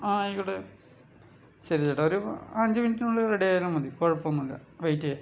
ആ ആയിക്കോട്ടെ ശരി ചേട്ടാ ഒരു അഞ്ച് മിനിറ്റിനുള്ളിൽ റെഡിയായാലും മതി കുഴപ്പം ഒന്നുമില്ല വെയ്റ്റ് ചെയ്യാം